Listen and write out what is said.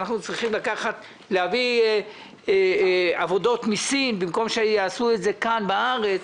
שאנחנו צריכים להביא עבודות מסין במקום שיעשו את זה כאן בארץ,